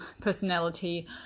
personality